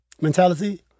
mentality